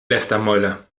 lästermäuler